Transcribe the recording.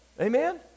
amen